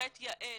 קראת "יעל"